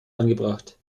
angebracht